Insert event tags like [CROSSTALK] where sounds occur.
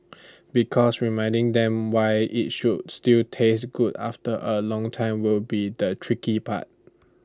[NOISE] because reminding them why IT should still taste good after A long time will be the tricky part